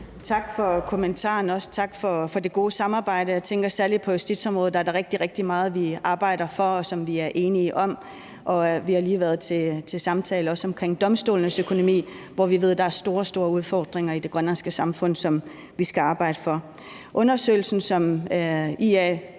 Tak for kommentaren, og tak for det gode samarbejde. Jeg tænker, at der særlig på justitsområdet er rigtig, rigtig meget, vi arbejder for, og som vi er enige om, og vi har lige været til samtale om domstolenes økonomi i det grønlandske samfund, hvor vi ved at der